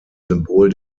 symbol